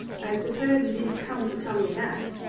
i suppose you didn't come to tell me that,